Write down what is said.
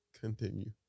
Continue